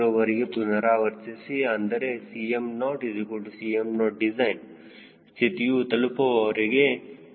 0 ವರೆಗೆ ಪುನರಾವರ್ತಿಸಿ ಅಂದರೆ Cm0Cm0design ಸ್ಥಿತಿಯು ತಲುಪುವವರೆಗೆ